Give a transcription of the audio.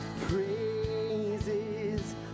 Praises